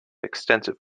extensive